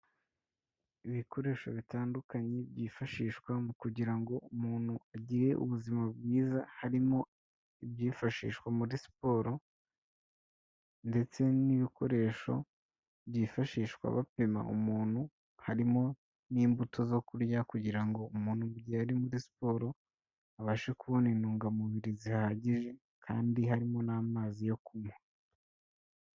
Ibikoresho bitandukanye byifashishwa mu kugira ngo umuntu agire ubuzima bwiza harimo ibyifashishwa muri siporo, ndetse n'ibikoresho byifashishwa bapima umuntu, harimo n'imbuto zo kurya kugira ngo umuntu igihe ari muri siporo abashe kubona intungamubiri zihagije kandi harimo n'amazi yo kunywa.